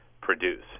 produce